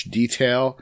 detail